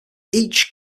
each